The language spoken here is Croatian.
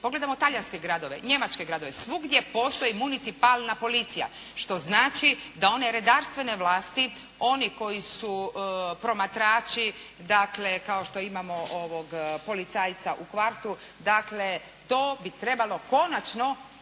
pogledajmo talijanske gradove, njemačke gradove, svugdje postoji municipalna policija, što znači da one redarstvene vlasti oni koji su promatrači dakle, kao što imamo policajca u kvartu, dakle, to bi trebalo konačno